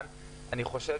החיים יותר חזקים מכל דבר.